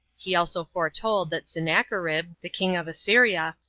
he also foretold that sennacherib, the king of assyria,